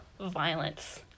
violence